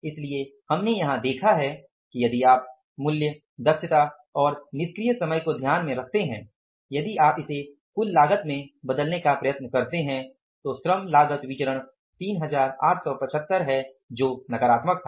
इसलिए हमने यहां देखा है कि यदि आप मूल्य दक्षता और निष्क्रिय समय को ध्यान में रखते हैं यदि आप इसे कुल लागत में बदलने का प्रयत्न करते हैं तो श्रम लागत विचरण 3875 नकारात्मक था